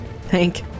Thank